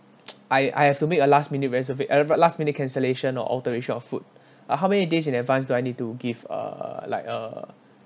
I I have to make a last minute reserva~ I have a last minute cancellation or alteration of food uh how many days in advance do I need to give uh like uh